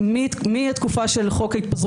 הניסיון פה הוא להכניס את מערכת המשפט למקומה